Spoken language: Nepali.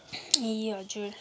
ए हजुर